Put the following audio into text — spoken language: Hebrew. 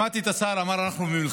שמעתי את השר, הוא אמר: אנחנו במלחמה.